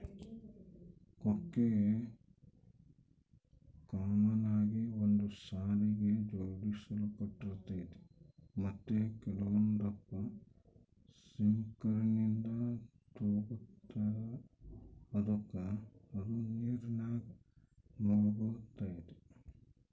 ಕೊಕ್ಕೆ ಕಾಮನ್ ಆಗಿ ಒಂದು ಸಾಲಿಗೆ ಜೋಡಿಸಲ್ಪಟ್ಟಿರ್ತತೆ ಮತ್ತೆ ಕೆಲವೊಂದಪ್ಪ ಸಿಂಕರ್ನಿಂದ ತೂಗ್ತತೆ ಅದುಕ ಅದು ನೀರಿನಾಗ ಮುಳುಗ್ತತೆ